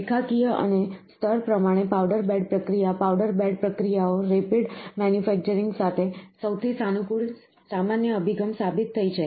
રેખાકીય અને સ્તર પ્રમાણે પાવડર બેડ પ્રક્રિયા પાવડર બેડ પ્રક્રિયાઓ રેપિડ મેન્યુફેક્ચરિંગ માટે સૌથી સાનુકૂળ સામાન્ય અભિગમ સાબિત થઇ છે